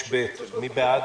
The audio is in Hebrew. הצבעה בעד